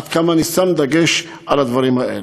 עד כמה אני שם דגש בדברים האלה.